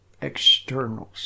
externals